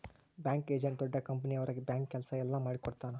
bank agent ದೊಡ್ಡ company ಅವ್ರ bank ಕೆಲ್ಸ ಎಲ್ಲ ಮಾಡಿಕೊಡ್ತನ